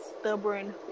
stubborn